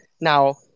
Now